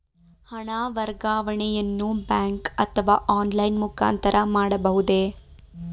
ಹಣ ವರ್ಗಾವಣೆಯನ್ನು ಬ್ಯಾಂಕ್ ಅಥವಾ ಆನ್ಲೈನ್ ಮುಖಾಂತರ ಮಾಡಬಹುದೇ?